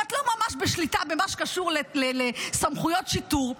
ואת לא ממש בשליטה במה שקשור לסמכויות שיטור.